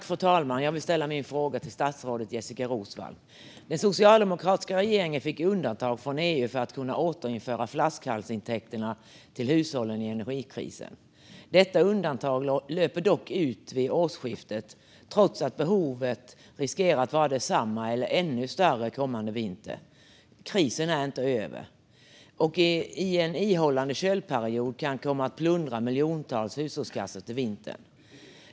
Fru talman! Jag vill ställa min fråga till statsrådet Jessika Roswall. Den socialdemokratiska regeringen fick undantag från EU för att kunna återföra flaskhalsintäkterna till hushållen under energikrisen. Detta undantag löper dock ut vid årsskiftet, trots att behovet riskerar att vara detsamma eller ännu större kommande vinter. Krisen är inte över. En ihållande köldperiod kan komma att plundra miljontals hushållskassor till vintern.